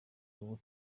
ubu